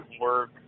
work